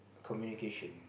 communication